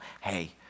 hey